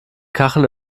kacheln